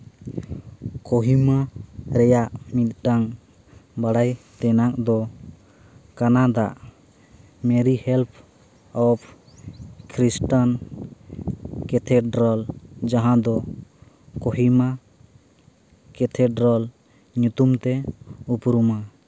ᱠᱳᱦᱤᱢᱟ ᱨᱮᱭᱟᱜ ᱢᱤᱫᱴᱟᱝ ᱵᱟᱲᱟᱭ ᱛᱮᱱᱟᱜ ᱫᱚ ᱠᱟᱱᱟᱫᱟ Mary help of Christian cathedral ᱡᱟᱦᱟᱸ ᱫᱚ ᱠᱳᱦᱤᱢᱟ ᱠᱮᱛᱷᱮᱰᱨᱚᱞ ᱧᱩᱛᱩᱢ ᱛᱮ ᱩᱯᱨᱩᱢᱟ